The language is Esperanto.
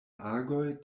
agoj